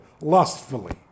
lustfully